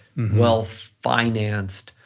well financed,